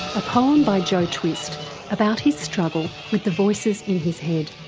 a poem by joe twist about his struggle with the voices in his head.